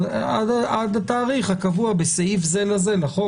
אבל עד התאריך הקבוע בסעיף לחוק,